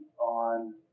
on